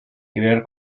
crear